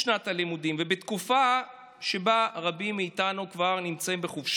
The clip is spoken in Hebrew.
אז אני קוראת לפחות לחברי הליכוד שרואים את עצמם שייכים לאגף